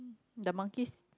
the monkeys